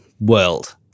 world